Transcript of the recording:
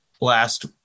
last